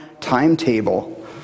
timetable